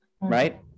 Right